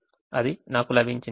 అది నాకు లభించింది